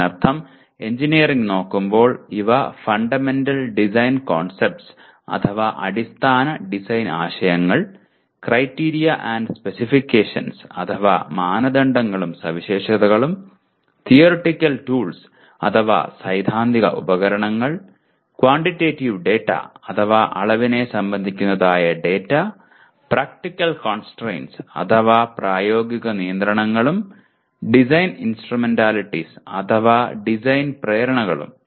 അതിനർത്ഥം എഞ്ചിനീയറിംഗ് നോക്കുമ്പോൾ ഇവ ഫണ്ടമെന്റൽ ഡിസൈൻ കോൺസെപ്റ്റസ് അഥവാ അടിസ്ഥാന ഡിസൈൻ ആശയങ്ങൾ ക്രൈറ്റീരിയ ആൻഡ് സ്പെസിഫിക്കേഷൻസ് അഥവാ മാനദണ്ഡങ്ങളും സവിശേഷതകളും തിയോറെറ്റിക്കൽ ടൂൾസ് അഥവാ സൈദ്ധാന്തിക ഉപകരണങ്ങൾ ക്വാണ്ടിറ്റേറ്റീവ് ഡാറ്റ അഥവാ അളവിനെ സംബന്ധിക്കുന്നതായ ഡാറ്റ പ്രാക്ടിക്കൽ കോൺസ്ട്രയിന്റ്സ് അഥവാ പ്രായോഗിക നിയന്ത്രണങ്ങളും ഡിസൈൻ ഇൻസ്ട്രുമെന്റലിറ്റീസ് അഥവാ ഡിസൈൻ പ്രേരണകളും